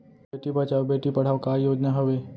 बेटी बचाओ बेटी पढ़ाओ का योजना हवे?